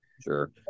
Sure